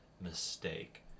mistake